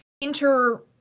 inter